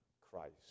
Christ